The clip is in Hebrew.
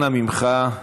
אנא ממך,